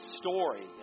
story